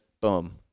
Boom